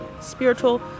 spiritual